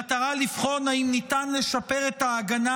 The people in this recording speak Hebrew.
במטרה לבחון אם ניתן לשפר את ההגנה